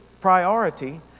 priority